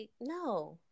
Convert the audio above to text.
No